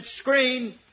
screen